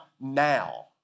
now